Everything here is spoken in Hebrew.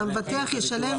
המבטח ישלם